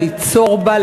ליצור בה,